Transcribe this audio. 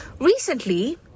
recently